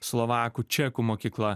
slovakų čekų mokykla